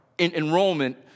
enrollment